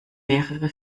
mehrere